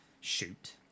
Shoot